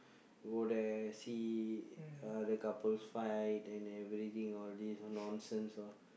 go there see other couples fight and everything all these nonsense ah